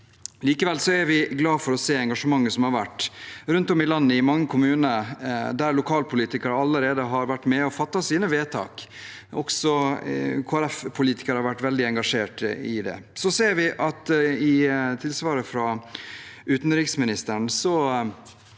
Likevel er vi glad for å se engasjementet som har vært rundt om i landet, i mange kommuner, der lokalpolitikere allerede har vært med og fattet vedtak. Også Kristelig Folkeparti-politikere har vært veldig engasjert i det. Vi ser at i tilsvaret fra utenriksministeren